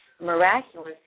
miraculous